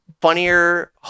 funnier